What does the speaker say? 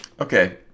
Okay